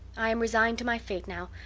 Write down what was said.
i am resigned to my fate now,